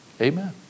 Amen